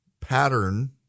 pattern